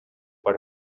per